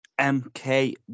MK